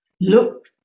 look